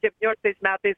septynioliktais metais